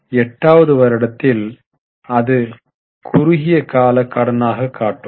8 வது வருடத்தில் அது குறுகிய கால கடனாக காட்டும்